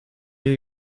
new